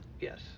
Yes